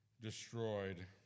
destroyed